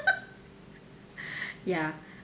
ya